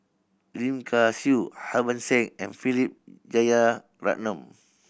Lim Kay Siu Harbans Singh and Philip Jeyaretnam